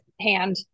hand